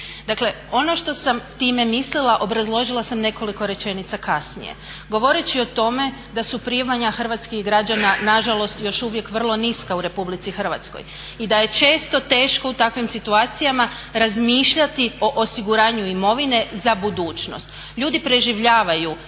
Dakle ono što sam time mislila obrazložila sam nekoliko rečenica kasnije govoreći o tome da su primanja hrvatskih građana nažalost još uvijek vrlo niska u Republici Hrvatskoj i da je često teško u takvim situacijama razmišljati o osiguranju imovine za budućnost. Ljudi preživljavaju